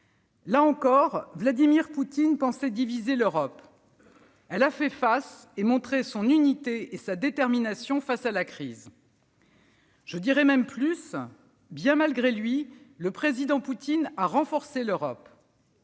Là encore, Vladimir Poutine croyait diviser l'Europe. Elle a fait face et montré son unité et sa détermination face à la crise. Je dirai même plus : bien malgré lui, le président Poutine a renforcé l'Europe.